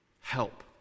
help